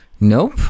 Nope